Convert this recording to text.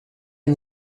and